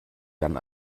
dann